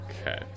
Okay